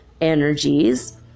energies